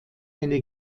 eine